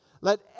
Let